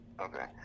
okay